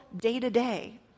day-to-day